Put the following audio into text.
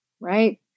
right